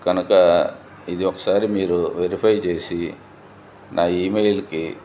కనుక ఇది ఒకసారి మీరు వెరిఫై జేసి నా ఈమెయిల్కి